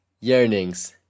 yearnings